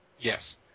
Yes